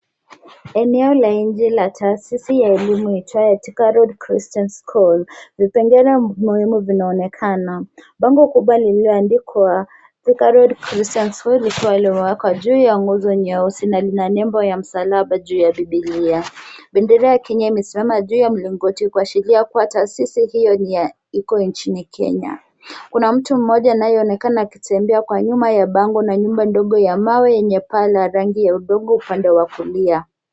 Eneo la nje la taasisi ya elimu iitwayo thika road christian school . Vipengele muhimu vinaonekana. Bango kubwa lililoandikwa thika road christian school likiwa limewekwa juu ya nguzo nyeusi na lina nembo ya msalaba juu ya bibilia. Bendera ya kenya imesimama juu ya mlingoti kuashiria kuwa taasisi hiyo iko nchini kenya. Kuna mtu mmoja anayeonekana akitembea kwa nyuma ya bango na nyumba ndogo ya mawe yenye paa la rangi ya udongo upande wa kulia.